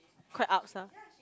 quite ups ah